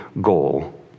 goal